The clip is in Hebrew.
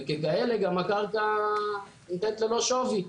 וככאלה, גם הקרקע ניתנת ללא שווי.